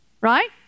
right